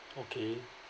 okay